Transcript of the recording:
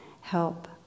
help